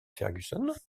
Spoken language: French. fergusson